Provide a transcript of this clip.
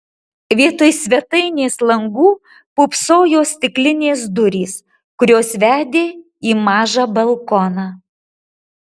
vietoj svetainės langų pūpsojo stiklinės durys kurios vedė į mažą balkoną